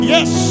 Yes